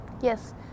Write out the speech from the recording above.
Yes